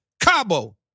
Cabo